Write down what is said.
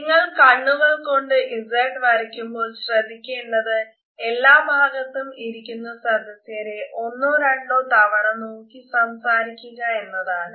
നിങ്ങൾ കണ്ണുകൾ കൊണ്ട് Z വരയ്കുമ്പോൾ ശ്രദ്ദിക്കേണ്ടതു എല്ലാ ഭാഗത്തും ഇരിക്കുന്ന സദസ്യരെ ഒന്നോ രണ്ടോ തവണ നോക്കി സംസാരിക്കുക എന്നതാണ്